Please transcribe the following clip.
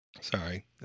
Sorry